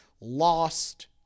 lost